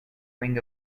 ring